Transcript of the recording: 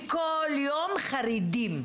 שהם כל יום חרדים,